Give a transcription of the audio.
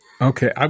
Okay